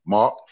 Mark